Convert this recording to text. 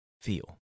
Feel